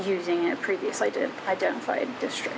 using it previously to identify a district